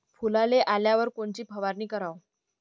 फुलाले आल्यावर कोनची फवारनी कराव?